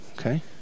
Okay